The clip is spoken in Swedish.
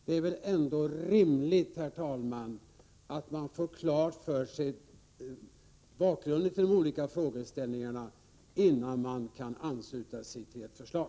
Det är väl ändå rimligt, herr talman, att man får klart för sig bakgrunden till de olika frågorna innan man ansluter sig till ett förslag.